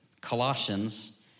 Colossians